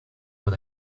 what